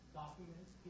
documents